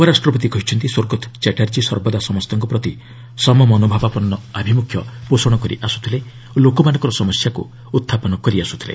ଉପରାଷ୍ଟ୍ରପତି କହିଛନ୍ତି ସ୍ୱର୍ଗତ ଚାଟ୍ଟାର୍ଜୀ ସର୍ବଦା ସମସ୍ତଙ୍କ ପ୍ରତି ସମମନୋଭାବାପନ୍ନ ଆଭିମୁଖ୍ୟ ପୋଷଣ କରି ଆସୁଥିଲେ ଓ ଲୋକମାନଙ୍କର ସମସ୍ୟାକୁ ଉତ୍ଥାପନ କରିଆସୁଥିଲେ